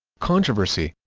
controversy